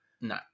No